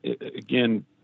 again